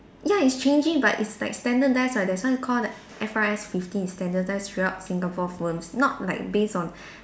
ya it's changing but it's like standardised [what] that's why it's called the F_R_S fifteen is standardised throughout Singapore firms not like based on